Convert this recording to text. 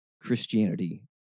Christianity